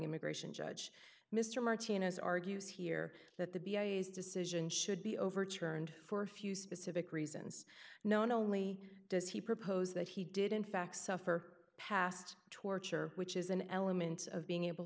immigration judge mr martinez argues here that the b a s decision should be overturned for a few specific reasons known only does he propose that he did in fact suffer past torture which is an element of being able